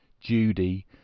Judy